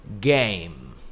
Game